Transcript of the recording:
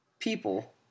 people